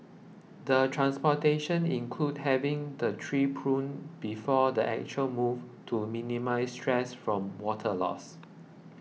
the transportation included having the tree pruned before the actual move to minimise stress from water loss